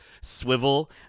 swivel